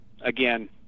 again